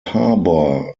harbor